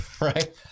Right